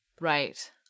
Right